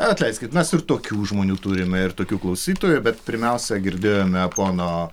atleiskit mes ir tokių žmonių turime ir tokių klausytojų bet pirmiausia girdėjome pono